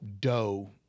dough